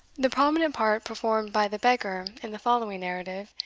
the prominent part performed by the beggar in the following narrative,